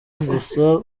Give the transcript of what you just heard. gusa